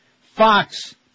Fox